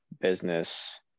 business